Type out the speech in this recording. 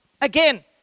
Again